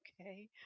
Okay